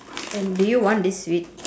and do you want this sweet